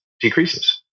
decreases